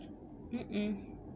mm mm